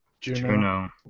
Juno